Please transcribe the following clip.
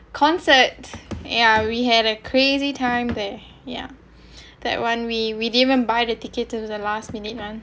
concert yeah we had a crazy time there yeah that one we we didn't even buy the ticket till the last minute